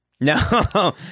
no